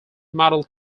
model